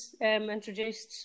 introduced